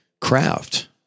craft